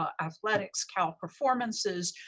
ah athletics, cal performances,